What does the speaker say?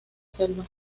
selva